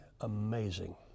amazing